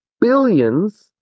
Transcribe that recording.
billions